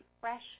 fresh